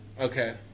Okay